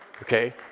Okay